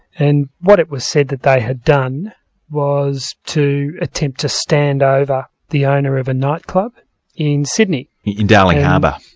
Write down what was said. and what it was said that they had done was to attempt to stand over the owner of a nightclub in sydney. in darling harbour.